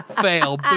Fail